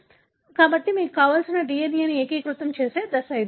కాబట్టి మీకు కావలసిన DNA ని మీరు ఏకీకృతం చేసే దశ అది